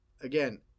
again